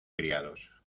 criados